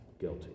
guilty